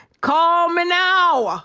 call me now.